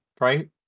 right